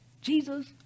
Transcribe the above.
Jesus